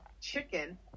chicken